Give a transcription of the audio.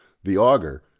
the auger,